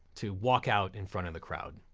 to walk out in front of the crowd.